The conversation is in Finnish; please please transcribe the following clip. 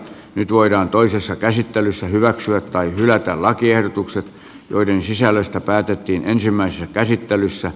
nyt voidaan toisessa käsittelyssä hyväksyä tai hylätä lakiehdotukset joiden sisällöstä päätettiin ensimmäisessä käsittelyssä